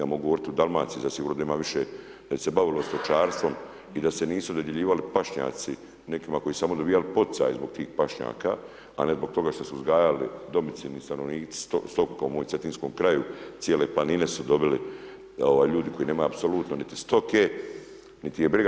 Ja mogu govoriti o Dalmaciji, zasigurno da ima više da se bavilo stočarstvom i da se nisu dodjeljivali pašnjaci nekima koji su samo dobijali poticaje zbog tih pašnjaka, a ne zbog toga što su uzgajali domicilni stanovnici kao moji u cetinskom kraju cijele planine su dobili ljudi koji nemaju apsolutno niti stoke, niti ih je briga.